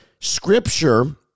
scripture